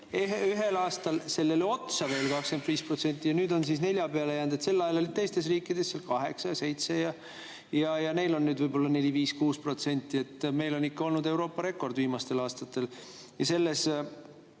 Ühel aastal sellele otsa veel 25% ja nüüd on 4% peale jäänud. Sel ajal oli teistes riikides 8% ja 7%. Neil on nüüd võib-olla 4–5–6%. Meil on ikka olnud Euroopa rekord viimastel aastatel.